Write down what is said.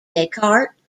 descartes